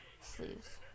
sleeves